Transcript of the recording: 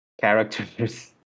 characters